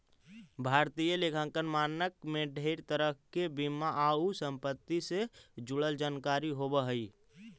भारतीय लेखांकन मानक में ढेर तरह के बीमा आउ संपत्ति से जुड़ल जानकारी होब हई